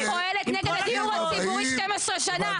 פורום קהלת נגד הדיור הציבורי 12 שנה.